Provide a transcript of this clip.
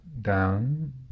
down